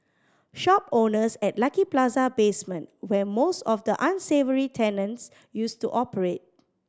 shop owners at Lucky Plaza basement where most of the unsavoury tenants used to operate